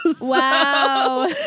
Wow